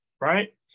right